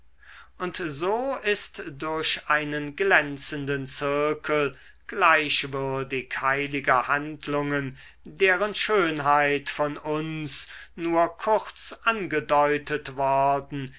und so ist durch einen glänzenden zirkel gleichwürdig heiliger handlungen deren schönheit von uns nur kurz angedeutet worden